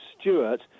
Stewart